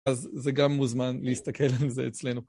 אז זה גם מוזמן להסתכל על זה אצלנו.